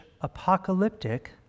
apocalyptic